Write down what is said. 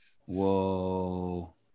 Whoa